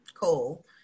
Cool